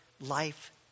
life